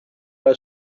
alla